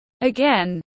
again